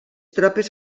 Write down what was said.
tropes